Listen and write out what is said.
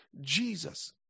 Jesus